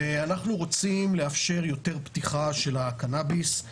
ואנחנו רוצים לאפשר יותר פתיחה של הקנאביס,